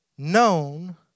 known